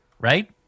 right